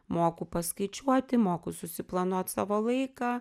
moku paskaičiuoti moku susiplanuot savo laiką